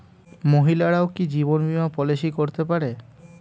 মহিলারাও কি জীবন বীমা পলিসি করতে পারে?